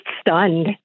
stunned